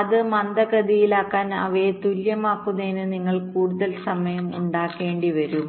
അത് മന്ദഗതിയിലാക്കാൻ അവയെ തുല്യമാക്കുന്നതിന് നിങ്ങൾ കൂടുതൽ സമയം ഉണ്ടാക്കേണ്ടിവരാം